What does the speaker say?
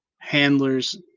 handlers